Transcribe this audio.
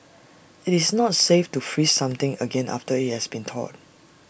it's not safe to freeze something again after IT has been thawed